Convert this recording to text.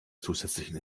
zusätzlichen